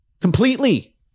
completely